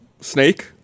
Snake